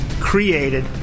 created